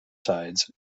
sides